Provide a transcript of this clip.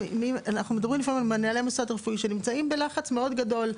אנחנו מדברים לפעמים עם מנהלי מוסד רפואי שנמצאים בלחץ גדול מאוד,